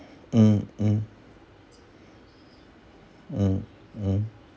mm mm mm mm